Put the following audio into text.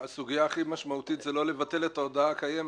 הסוגיה הכי משמעותית זה לא לבטל את ההודעה הקיימת.